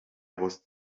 was